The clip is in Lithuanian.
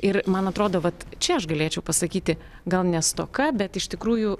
ir man atrodo vat čia aš galėčiau pasakyti gal ne stoka bet iš tikrųjų